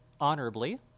honorably